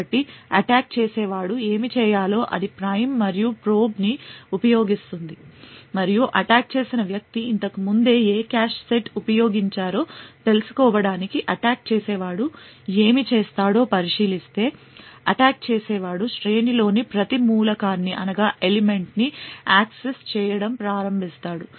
కాబట్టి అటాక్ చేసేవాడు ఏమి చేయాలో అది ప్రైమ్ మరియు ప్రోబ్ ని ఉపయోగిస్తుంది మరియు అటాక్ చేసిన వ్యక్తి ఇంతకు ముందు ఏ కాష్ సెట్ ఉపయోగించారో తెలుసుకోవడానికి అటాక్ చేసేవాడు ఏమి చేస్తాడో పరిశీలిస్తే అటాక్ చేసేవాడు శ్రేణి లోని ప్రతి మూలకాన్ని యాక్సెస్ చేయడం ప్రారంభిస్తాడు